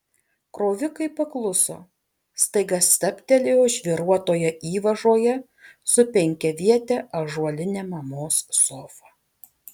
krovikai pakluso staiga stabtelėjo žvyruotoje įvažoje su penkiaviete ąžuoline mamos sofa